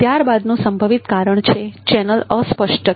ત્યાર બાદનું સંભવિત કારણ છે ચેનલ અસ્પષ્ટતા